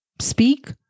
Speak